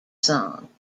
song